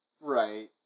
Right